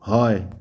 হয়